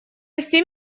всем